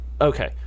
Okay